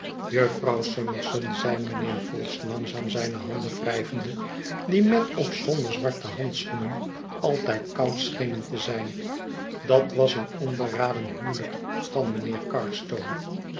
jufvrouw summerson zeide mijnheer vholes langzaam zijne handen wrijvende die met of zonder zwarte handschoenen altijd koud schenen te zijn dat was een onberaden huwelijk van mijnheer carstone